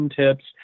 tips